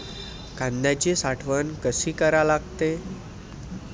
कांद्याची साठवन कसी करा लागते?